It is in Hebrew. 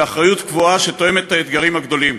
ואחריות קבועה שתואמת את האתגרים הגדולים.